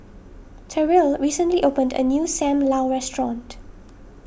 Terrill recently opened a new Sam Lau restaurant